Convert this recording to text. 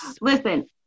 listen